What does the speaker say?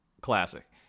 Classic